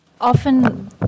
often